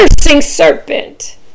serpent